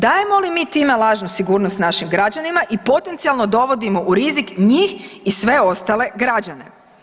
Dajemo li time lažnu sigurnost našim građanima i potencijalno dovodimo u rizik njih i sve ostale građane?